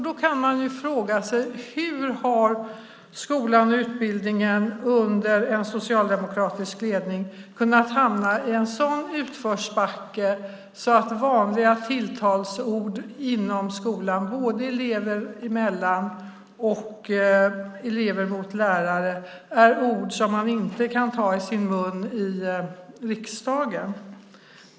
Då kan man fråga sig: Hur har skolan och utbildningen under en socialdemokratisk ledning kunnat hamna i en sådan utförsbacke att vanliga tilltalsord inom skolan, både elever emellan och från elever gentemot lärare, är ord som man inte kan ta i sin mun i riksdagen?